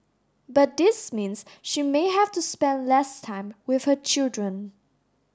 but this means she may have to spend less time with her children